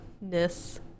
ness